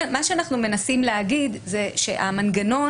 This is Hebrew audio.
מה שאנחנו מנסים להגיד זה שהמנגנון,